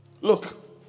Look